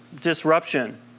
disruption